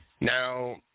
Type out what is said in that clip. Now